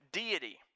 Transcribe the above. deity